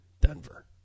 Denver